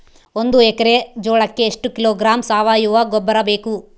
ಒಂದು ಎಕ್ಕರೆ ಜೋಳಕ್ಕೆ ಎಷ್ಟು ಕಿಲೋಗ್ರಾಂ ಸಾವಯುವ ಗೊಬ್ಬರ ಬೇಕು?